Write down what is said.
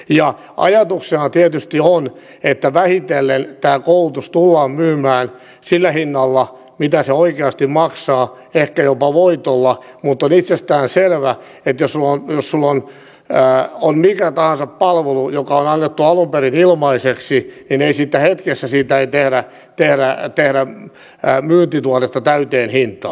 ja ajatuksena tietysti on että vähitellen tämä koulutus tullaan myymään sillä hinnalla mitä se oikeasti maksaa ehkä jopa voitolla mutta on itsestään selvää että mistä tahansa palvelusta joka on annettu alun perin ilmaiseksi ei hetkessä tehdä myyntituotetta täyteen hintaan